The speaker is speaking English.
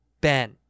Ben